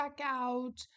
Checkout